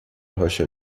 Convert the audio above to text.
rocha